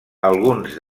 alguns